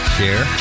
Share